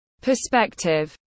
perspective